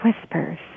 whispers